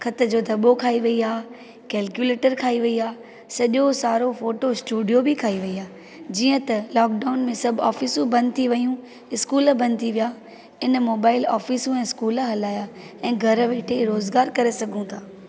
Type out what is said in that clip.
ख़त जो दॿो खाए वेई आहे कैलकुलेटर खाए वेई आहे सॼो सारो फोटो स्टूडियो बि खाए वेई आहे जीअं त लॉक्डाउन में सब ऑफ़िसूं बंदि थी वयूं स्कूल बंदि थी विया हिन मोबाईल ऑफ़िसूं ऐं स्कूल हलाया ऐं घर वेठे रोज़गार करे सघूं था